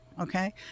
okay